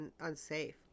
unsafe